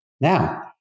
Now